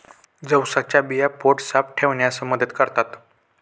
जवसाच्या बिया पोट साफ ठेवण्यास मदत करतात